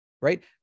right